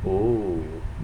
oh